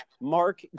Mark